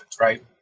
right